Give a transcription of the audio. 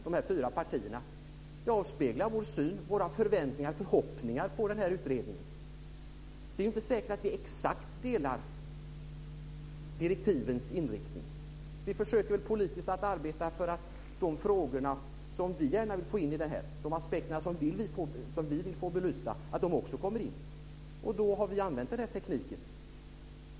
Det avspeglar vår syn, våra förväntningar och våra förhoppningar vad gäller denna utredning. Det är inte säkert att vi exakt delar åsikt om direktivens inriktning. Vi försöker politiskt att arbeta för att de frågor vi gärna vill få in - de aspekter som vi vill få belysta - också kommer in. Då har vi använt denna teknik.